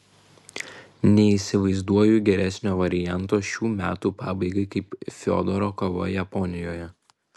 neįsivaizduoju geresnio varianto šių metų pabaigai kaip fiodoro kova japonijoje